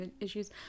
issues